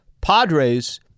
Padres